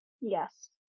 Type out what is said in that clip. Yes